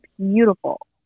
beautiful